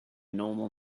normal